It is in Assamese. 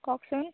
কওকচোন